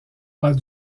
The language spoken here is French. ras